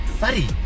buddy